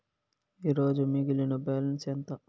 ఈరోజు మిగిలిన బ్యాలెన్స్ ఎంత?